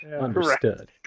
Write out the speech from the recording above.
Understood